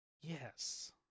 yes